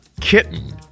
kitten